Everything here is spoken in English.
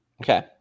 Okay